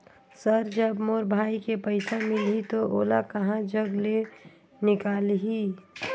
Sir जब मोर भाई के पइसा मिलही तो ओला कहा जग ले निकालिही?